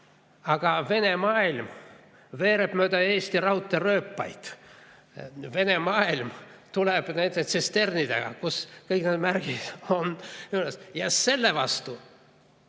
Aga Vene maailm veereb mööda Eesti raudteerööpaid. Vene maailm tuleb nende tsisternidega, millel kõik need märgid on küljes, aga selle vastu